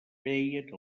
veien